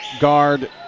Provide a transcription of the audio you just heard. guard